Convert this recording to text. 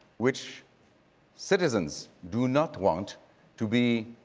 which citizens do not want to be